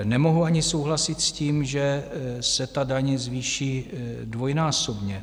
Nemohu ani souhlasit s tím, že se ta daň zvýší dvojnásobně.